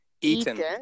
Eaten